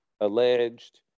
alleged